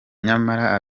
nyamara